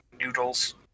noodles